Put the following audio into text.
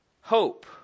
hope